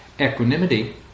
Equanimity